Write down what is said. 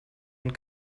und